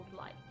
light